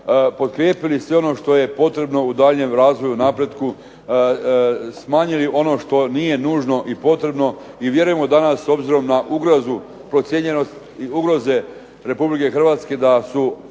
potkrijepili sve ono što je potrebno u daljnjem razvoju, napretku, smanjili ono što nije nužno i potrebno, i vjerujemo danas s obzirom na ugrozu procijenjenost i ugroze Republike Hrvatske, da su